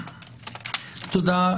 תודה.